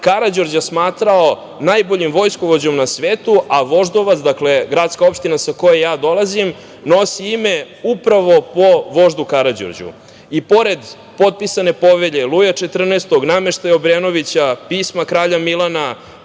Karađorđa smatrao najboljim vojskovođom na svetu, a Voždovac, gradska opština sa koje ja dolazim, nosi ime upravo po voždu Karađorđu. I pored potpisane povelje Luja Četrnaestog, nameštaja Obrenovića, pisma kralja Milana,